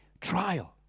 trial